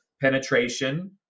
penetration